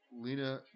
Lena